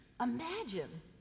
Imagine